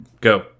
Go